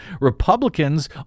Republicans